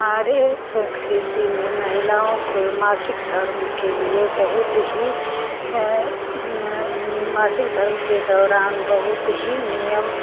हमारे संस्कृति में महिलाओं के मासिक धर्म के लिए बहुत ही मासिक धर्म के दौरान बहुत ही नियम